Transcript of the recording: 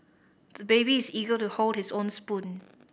the baby is eager to hold his own spoon